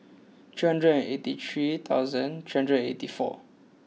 three hundred and eighty three thousand three hundred and eighty four